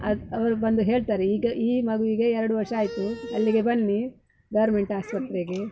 ಆದ ಅವರು ಬಂದು ಹೇಳ್ತಾರೆ ಈಗ ಈ ಮಗುವಿಗೆ ಎರಡು ವರ್ಷ ಆಯಿತು ಅಲ್ಲಿಗೆ ಬನ್ನಿ ಗಾರ್ಮೆಂಟ್ ಆಸ್ಪತ್ರೆಗೆ